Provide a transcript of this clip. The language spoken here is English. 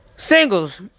Singles